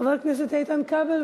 חבר הכנסת איתן כבל,